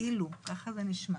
כאילו ככה זה נשמע